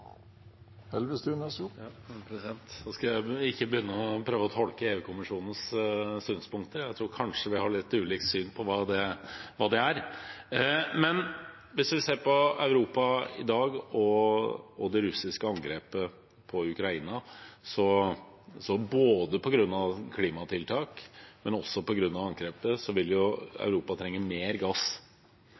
skal ikke begynne å prøve å tolke EU-kommisjonens synspunkter. Jeg tror kanskje vi har litt ulikt syn på hva det er. Hvis vi ser på Europa i dag og det russiske angrepet på Ukraina, vil Europa både på grunn av klimatiltak og også på grunn av angrepet trenge mer gass, men de forsterker også omstillingen bort fra gass. Så det vil være mer gass,